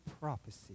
prophecy